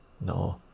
No